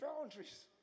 boundaries